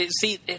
See